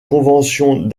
conventions